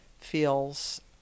feels